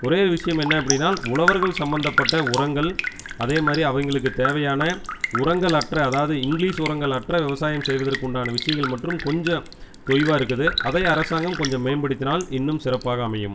ஒரே விஷயம் என்ன அப்படின்னா உழவர்கள் சம்மந்தப்பட்ட உரங்கள் அதே மாதிரி அவங்களுக்குத் தேவையான உரங்களற்ற அதாவது இங்கிலீஷ் உரங்களற்ற விவசாயம் செய்வதற்குண்டான விஷயங்கள் மற்றும் கொஞ்சம் தொய்வாக இருக்குது அதை அரசாங்கம் கொஞ்சம் மேம்படுத்தினால் இன்னும் சிறப்பாக அமையும்